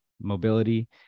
mobility